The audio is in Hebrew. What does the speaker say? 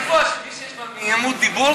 צריך לקבוע שמי שיש לו נעימות דיבור,